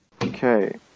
Okay